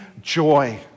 joy